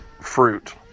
fruit